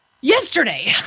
yesterday